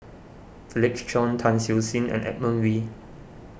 Felix Cheong Tan Siew Sin and Edmund Wee